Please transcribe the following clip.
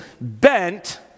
bent